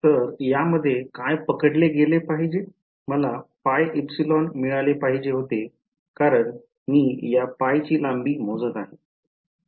तर यामध्ये काय पकडले गेले पाहिजे मला πε मिळाले पाहिजे होते कारण मी या π ची लांबी मोजत आहे